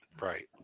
Right